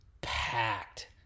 packed